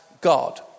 God